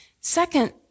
Second